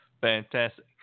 Fantastic